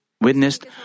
witnessed